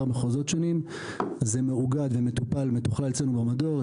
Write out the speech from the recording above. מחוזות שונים זה מאוגד ומטופל ומתוכלל אצלנו במדור.